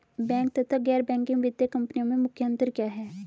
Bank तथा गैर banking वित्तीय कंपनियों में मुख्य अंतर क्या है?